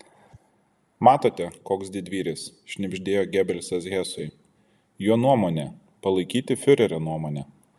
matote koks didvyris šnibždėjo gebelsas hesui jo nuomonė palaikyti fiurerio nuomonę